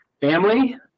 family